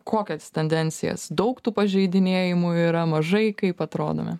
kokias tendencijas daug tų pažeidinėjimų yra mažai kaip atrodome